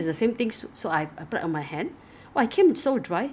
可能我偶而会用啦现在好像不懂 leh 看心情 leh